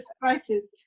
crisis